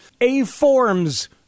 A-Forms